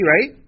right